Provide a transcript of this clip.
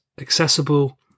accessible